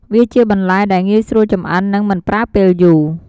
វាជាបន្លែដែលងាយស្រួលចម្អិន និងមិនប្រើពេលយូរ។